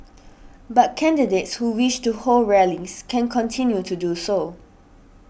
but candidates who wish to hold rallies can continue to do so